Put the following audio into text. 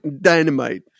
Dynamite